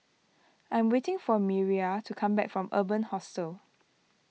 I am waiting for Miriah to come back from Urban Hostel